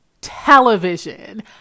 television